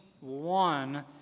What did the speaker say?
one